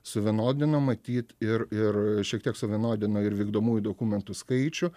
suvienodino matyt ir ir šiek tiek suvienodino ir vykdomųjų dokumentų skaičių